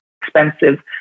expensive